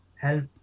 help